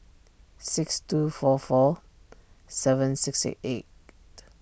six two four four seven six six eight